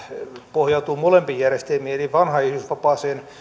pohjautuu molempiin järjestelmiin eli vanhaan isyysvapaaseen